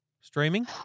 Streaming